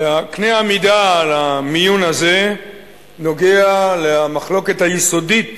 וקנה המידה למיון הזה נוגע למחלוקת היסודית